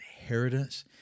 inheritance